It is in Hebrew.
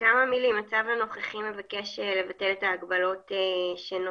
בכמה מילים הצו הנוכחי מבקש לבטל את ההגבלות שנותרו